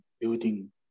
building